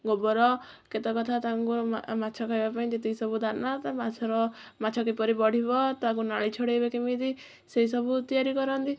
ଗୋବର କେତେ କଥା ତାଙ୍କୁ ମାଛ ଖାଇବା ପାଇଁ ଯେତିକି ସବୁ ଦାନା ମାଛର ମାଛ କିପରି ବଢ଼ିବ ତାକୁ ନାଳି ଛଡ଼ାଇବେ କେମିତି ସେଇସବୁ ତିଆରି କରନ୍ତି